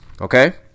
okay